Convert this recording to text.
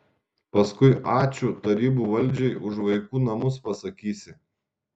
paskui ačiū tarybų valdžiai už vaikų namus pasakysi